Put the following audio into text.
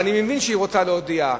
ואני מבין שהיא רוצה להודיע,